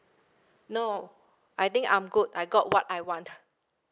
no I think I'm good I got what I want